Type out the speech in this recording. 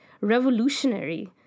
revolutionary